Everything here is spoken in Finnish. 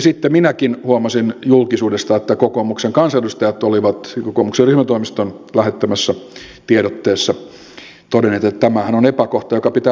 sitten minäkin huomasin julkisuudesta että kokoomuksen kansanedustajat olivat kokoomuksen ryhmätoimiston lähettämässä tiedotteessa todenneet että tämähän on epäkohta joka pitää korjata